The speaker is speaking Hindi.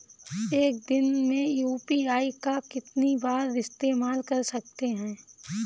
एक दिन में यू.पी.आई का कितनी बार इस्तेमाल कर सकते हैं?